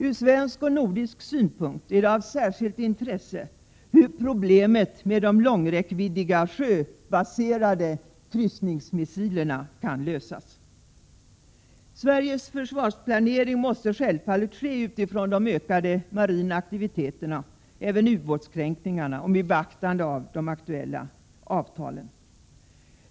Ur svensk och nordisk synpunkt är det av särskilt intresse hur problemet med de långräckviddiga sjöbaserade kryssningsmissilerna kan lösas. Sveriges försvarsplanering måste självfallet ske utifrån de ökade marina aktiviteterna, även ubåtskränkningarna, och med beaktande av de aktuella avtalen.